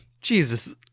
Jesus